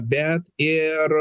bet ir